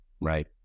right